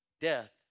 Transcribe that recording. Death